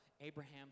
Abraham